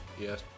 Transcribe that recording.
Yes